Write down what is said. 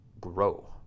grow